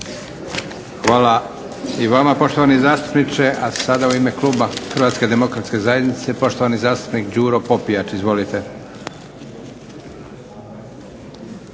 Hvala i vama poštovani zastupniče. A sada u ime kluba HDZ-a poštovani zastupnik Đuro Popijač. Izvolite.